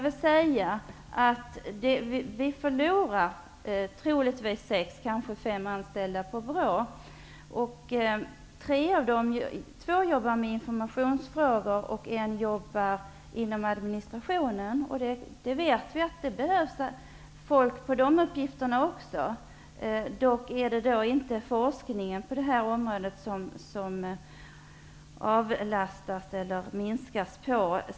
Vi förlorar troligtvis sex anställda på BRÅ. Två av dem jobbar med informationsfrågor, och en jobbar med administration. Vi vet att det behövs folk för de uppgifterna. Men det är alltså inte forskningen som det minskas på.